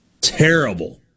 Terrible